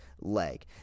leg